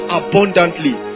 abundantly